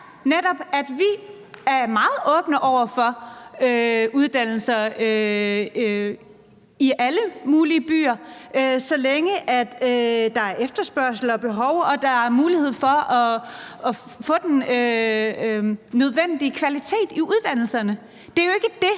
nemlig at vi er meget åbne over for uddannelser i alle mulige byer, så længe der er efterspørgsel og behov og mulighed for at få den nødvendige kvalitet i uddannelserne. Det er jo ikke det;